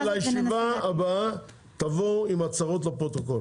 ולישיבה הבאה תבואו עם הצהרות לפרוטוקול,